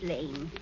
Lane